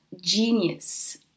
genius